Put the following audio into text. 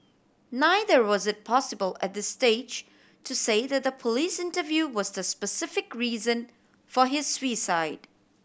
neither was it possible at this stage to say that the police interview was the specific reason for his suicide